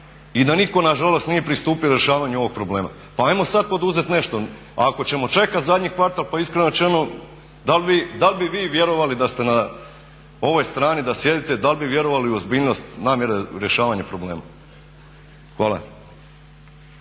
i da nitko nažalost nije pristupio rješavanju ovog problema. Pa ajmo sada poduzeti nešto, ako ćemo čekati zadnji kvartal pa iskreno rečeno da li bi vi vjerovali da ste na ovoj strani da sjedite da li bi vjerovali u ozbiljnost namjere rješavanja problema? Hvala.